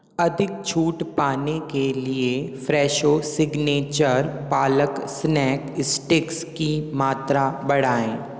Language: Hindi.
अधिक छूट पाने के लिए Fresho signature palak snack sticks की मात्रा बढ़ाएँ